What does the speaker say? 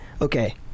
okay